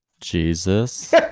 Jesus